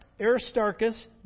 Aristarchus